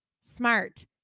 smart